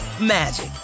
magic